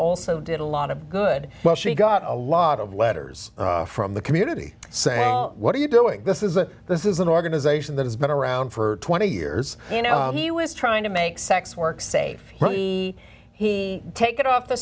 also did a lot of good well she got a lot of letters from the community saying what are you doing this is that this is an organization that has been around for twenty years you know he was trying to make sex work save maybe he take it off the